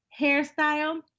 hairstyle